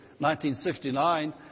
1969